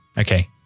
Okay